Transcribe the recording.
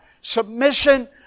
submission